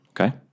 Okay